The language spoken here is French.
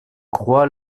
croix